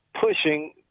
pushing